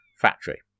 factory